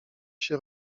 się